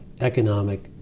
economic